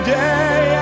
day